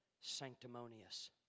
sanctimonious